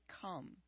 come